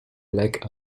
black